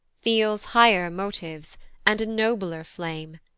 feels higher motives and a nobler flame.